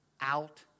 out